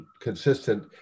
consistent